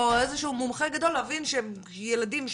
או מומחה גדול כדי לדעת שילדים שחווים,